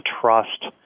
trust